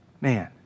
man